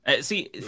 See